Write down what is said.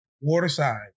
Waterside